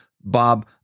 Bob